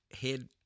head